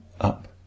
up